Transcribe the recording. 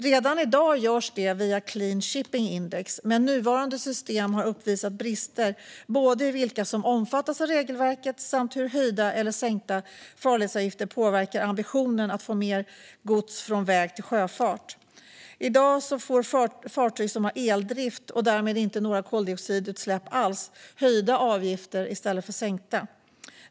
Redan i dag görs detta via Clean Shipping Index, men nuvarande system har uppvisat brister både när det gäller vilka som omfattas av regelverket och när det gäller hur höjda eller sänkta farledsavgifter påverkar ambitionen att få över gods från väg till sjöfart. I dag får fartyg som har eldrift och därmed inga koldioxidutsläpp alls höjda avgifter i stället för sänkta.